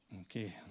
okay